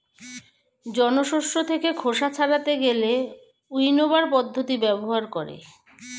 জন শস্য থেকে খোসা ছাড়াতে গেলে উইন্নবার পদ্ধতি ব্যবহার করে